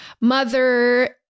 mother